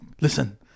listen